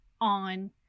on